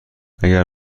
اگر